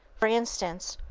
for instance,